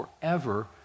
forever